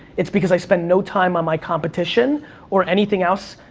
it's because i spend no time on my competition or anything else,